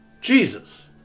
Jesus